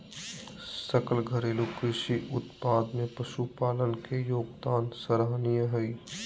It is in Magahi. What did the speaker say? सकल घरेलू कृषि उत्पाद में पशुपालन के योगदान सराहनीय हइ